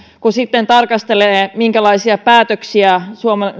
kun sitten tarkastelee minkälaisia päätöksiä